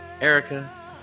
Erica